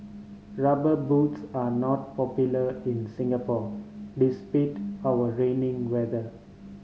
Rubber Boots are not popular in Singapore despite our raining weather